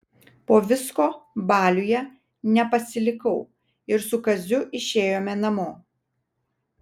po visko baliuje nepasilikau ir su kaziu išėjome namo